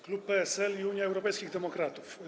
Klub PSL - Unii Europejskich Demokratów.